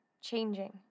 changing